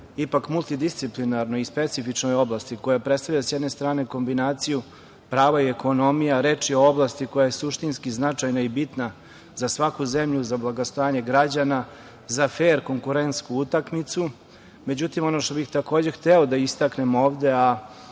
ipak multidisciplinarnoj i specifičnoj oblasti koja predstavlja, sa jedne strane, kombinaciju prava i ekonomije. Reč je o oblasti koja je suštinski značajna i bitna za svaku zemlju, za blagostanje građana, za fer konkurentsku utakmicu.Međutim, ono što bih takođe hteo da istaknem ovde,